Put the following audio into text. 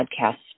podcast